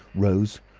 rose,